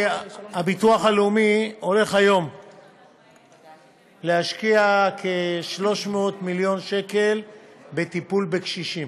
הביטוח הלאומי הולך היום להשקיע כ-300 מיליון שקל בטיפול בקשישים.